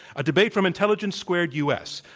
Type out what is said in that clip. a debate from intelligence squared u. s.